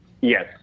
Yes